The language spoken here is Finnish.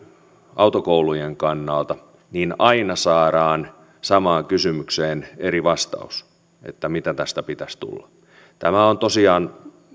autokoulujen kannalta niin aina saadaan samaan kysymykseen eri vastaus että mitä tästä pitäisi tulla tämä on tosiaan